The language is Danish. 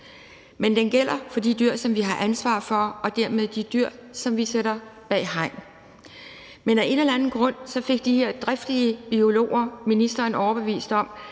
Men den gælder for de dyr, som vi har ansvar for, og dermed de dyr, som vi sætter bag hegn. Men af en eller anden grund fik de her driftige biologer ministeren overbevist om,